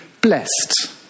blessed